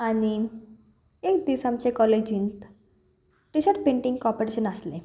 आनी एक दीस आमच्या कॉलेजींत टिशर्ट पेंटींग कॉम्पिटिशन आसलें